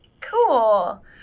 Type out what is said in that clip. Cool